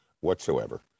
whatsoever